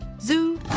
Zoo